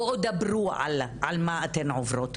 בואו דברו על מה אתן עוברות.